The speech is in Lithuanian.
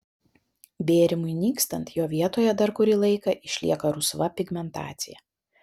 bėrimui nykstant jo vietoje dar kurį laiką išlieka rusva pigmentacija